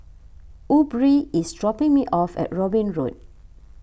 Aubree is dropping me off at Robin Road